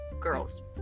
girls